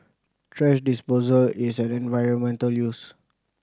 thrash disposal is an environmental use